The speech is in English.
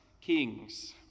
kings